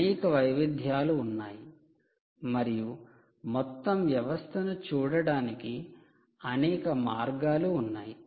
అనేక వైవిధ్యాలు ఉన్నాయి మరియు మొత్తం వ్యవస్థను చూడటానికి అనేక మార్గాలు ఉన్నాయి